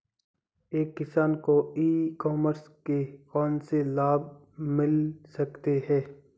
एक किसान को ई कॉमर्स के कौनसे लाभ मिल सकते हैं?